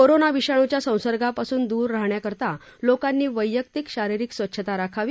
corona विषाणूच्या संसर्गापासून दूर रहाण्याकरता लोकांनी वैयक्तिक शारिरीक स्वच्छता राखावी